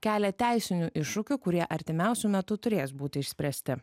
kelia teisinių iššūkių kurie artimiausiu metu turės būti išspręsti